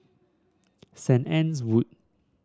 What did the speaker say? Saint Anne's Wood